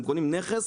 הם קונים נכס,